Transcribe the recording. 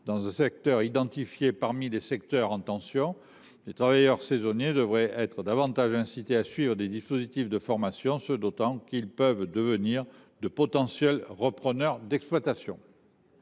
dans un secteur identifié parmi les secteurs en tension, nous souhaitons que les travailleurs saisonniers soient davantage incités à suivre des dispositifs de formation, d’autant qu’ils peuvent devenir de potentiels repreneurs d’exploitation.